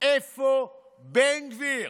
איפה בן גביר?